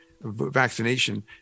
vaccination